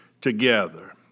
together